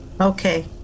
Okay